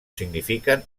signifiquen